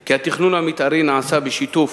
כי התכנון המיתארי נעשה בשיתוף